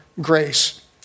grace